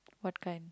what kind